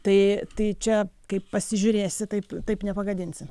tai tai čia kaip pasižiūrėsi taip taip nepagadinsi